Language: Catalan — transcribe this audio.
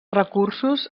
recursos